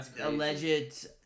alleged